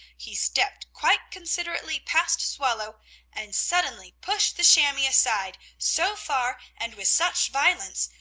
he stepped quite considerately past swallow and suddenly pushed the chamois aside so far and with such violence,